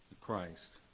Christ